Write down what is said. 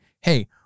Hey